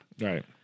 Right